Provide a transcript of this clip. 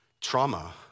trauma